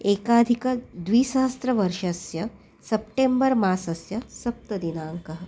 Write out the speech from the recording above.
एकाधिकद्विसहस्रतमवर्षस्य सप्टेम्बर् मासस्य सप्तमदिनाङ्कः